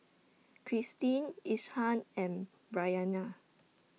Christene Ishaan and Bryanna